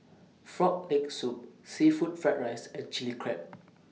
Frog Leg Soup Seafood Fried Rice and Chili Crab